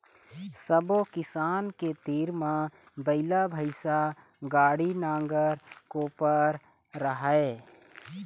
सब्बो किसान के तीर म बइला, भइसा, गाड़ी, नांगर, कोपर राहय